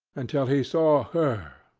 until he saw her,